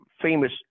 famous